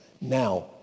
Now